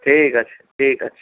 ঠিক আছে ঠিক আছে